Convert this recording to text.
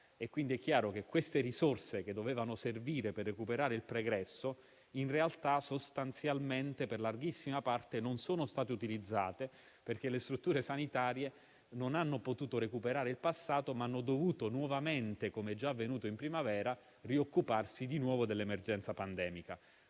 Quindi, è chiaro che le risorse che dovevano servire per recuperare il pregresso, in realtà, per larghissima parte, non sono state utilizzate, perché le strutture sanitarie non hanno potuto recuperare il passato, ma hanno dovuto nuovamente - come già avvenuto in primavera - rioccuparsi dell'emergenza pandemica.